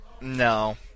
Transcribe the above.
no